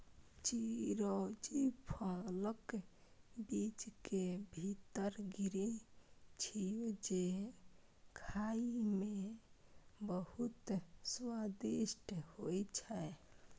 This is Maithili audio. चिरौंजी फलक बीज के भीतर गिरी छियै, जे खाइ मे बहुत स्वादिष्ट होइ छै